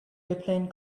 airplane